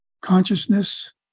consciousness